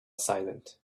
silent